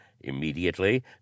immediately